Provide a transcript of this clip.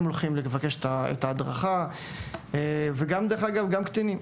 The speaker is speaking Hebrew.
הם הולכים לבקש את ההדרכה, ודרך אגב גם קטינים.